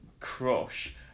crush